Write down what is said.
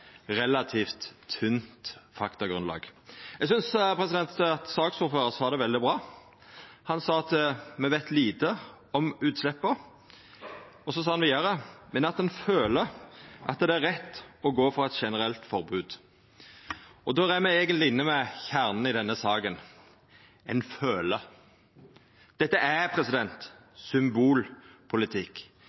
relativt tynt faktagrunnlag. Eg synest saksordføraren sa det veldig bra. Han sa at me veit lite om utsleppa, men så sa han vidare at ein «føler» at det er rett å gå for eit generelt forbod. Då er me eigentleg inne ved kjernen i denne saka: Ein føler. Dette er symbolpolitikk.